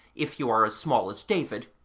if you are as small as david,